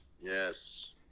yes